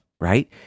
right